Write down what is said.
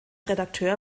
redakteur